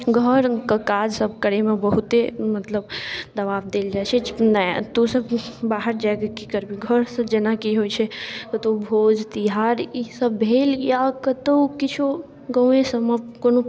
घरके काजसब करैमे बहुते मतलब दबाव देल जाए छै नहि तोँ सब बाहर जाकऽ कि करबही घरसँ जेनाकि होइ छै कतहु भोज तिहार ईसब भेल या कतहु किछु गामे सबमे कोनो